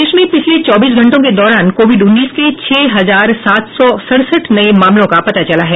देश में पिछले चौबीस घंटों के दौरान कोविड उन्नीस के छह हजार सात सौ सड़सठ नये मामलों का पता चला है